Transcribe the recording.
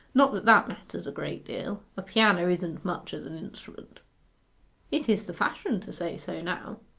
not that that matters a great deal. a piano isn't much as an instrument it is the fashion to say so now.